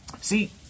See